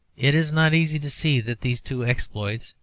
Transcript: it is not easy to see that these two exploits,